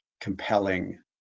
compelling